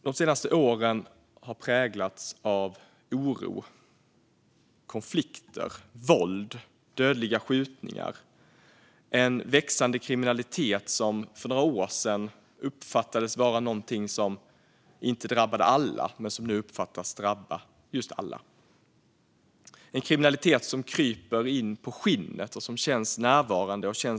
De senaste åren har präglats av oro, konflikter, våld, dödliga skjutningar och en växande kriminalitet som för några år sedan uppfattades som någonting som inte drabbade alla. Men nu drabbas alla av en kriminalitet som kryper in på skinnet och som känns både närvarande och nära.